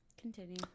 continue